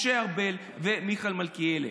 משה ארבל ומיכאל מלכיאלי.